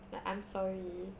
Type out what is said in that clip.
like I'm sorry